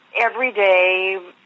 everyday